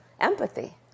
empathy